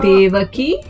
Devaki